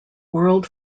world